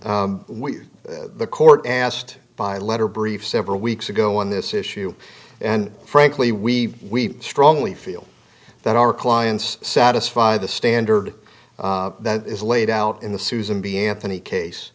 when the court asked by letter brief several weeks ago on this issue and frankly we strongly feel that our clients satisfy the standard that is laid out in the susan b anthony case